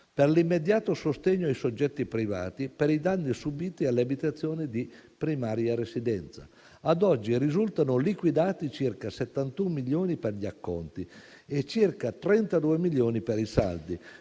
per l'immediato sostegno ai soggetti privati per i danni subiti dalle abitazioni di primaria residenza. Ad oggi risultano liquidati circa 71 milioni per gli acconti e circa 32 milioni per i saldi,